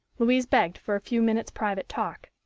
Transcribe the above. louise begged for a few minutes' private talk.